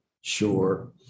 Sure